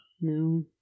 No